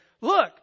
look